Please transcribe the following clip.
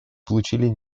получили